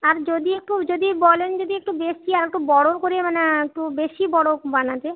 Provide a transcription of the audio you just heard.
আর যদি একটু যদি বলেন যদি একটু বেশি আরেকটু বড় করে মানে আর একটু বেশি বড় বানাতে